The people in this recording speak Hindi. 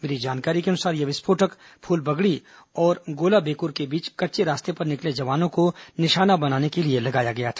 मिली जानकारी के अनुसार यह विस्फोटक फूलबगड़ी और गोलाबेक्र के बीच कच्चे रास्ते पर निकले जवानों को निशाना बनाने के लिए लगाया गया था